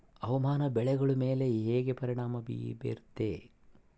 ಹವಾಮಾನ ಬೆಳೆಗಳ ಮೇಲೆ ಹೇಗೆ ಪರಿಣಾಮ ಬೇರುತ್ತೆ?